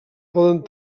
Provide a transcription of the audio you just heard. poden